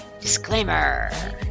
Disclaimer